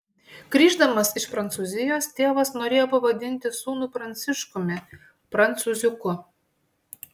grįždamas iš prancūzijos tėvas norėjo pavadinti sūnų pranciškumi prancūziuku